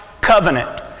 covenant